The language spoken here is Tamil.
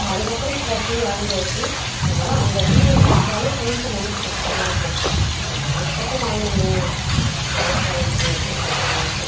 அதுக்கு அப்புறம் இப்போ வேற டீவி வாங்கியாச்சு இருந்தாலும் அந்த டிவியை நினச்சாலே கொஞ்சம் மனசு கஷ்டமாக இருக்கும் இவ்வளோ ரேட் போட்டு வாங்கினமே இப்படி வேஸ்ட்டாயிருச்சே அப்படினு கொஞ்சம் கஷ்டமாக இருக்கும்